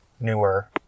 newer